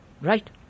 Right